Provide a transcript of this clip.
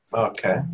Okay